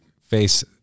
face